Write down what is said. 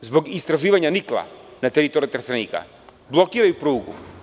zbog istraživanja nikla na teritoriji Trstenika, blokiraju prugu.